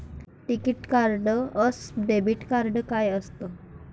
टिकीत कार्ड अस debit card काय असत?